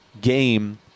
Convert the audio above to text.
game